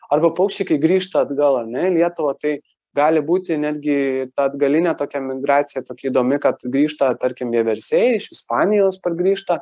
arba paukščiai kai grįžta atgal ar ne į lietuvą tai gali būti netgi ta atgalinė tokia migracija tokia įdomi kad grįžta tarkim vieversiai iš ispanijos pargrįžta